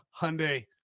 Hyundai